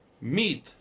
meat